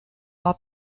our